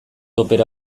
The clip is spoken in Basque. opera